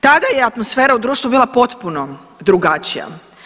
Tada je atmosfera u društvu bila potpuno drugačija.